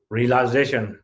realization